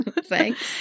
Thanks